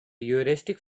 heuristic